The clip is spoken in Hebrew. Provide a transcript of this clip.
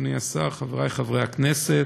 אדוני השר, חברי חברי הכנסת,